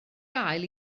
gael